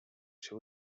się